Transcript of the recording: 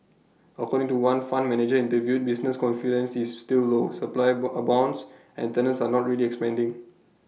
according to one fund manager interviewed business confidence is still low supply about abounds and tenants are not really expanding